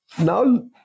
now